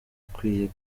ukwiye